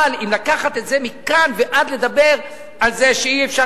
אבל אם לקחת את זה מכאן ועד לדבר על זה שאי-אפשר